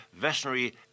Veterinary